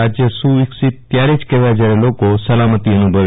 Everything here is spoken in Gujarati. રાજય સુવિકસિત ત્યારે જ કહેવાય જયારે લોકો સલામતી અનુભવે